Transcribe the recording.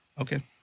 Okay